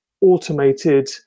automated